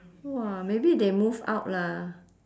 !wah! maybe they move out lah